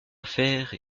faire